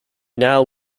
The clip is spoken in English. now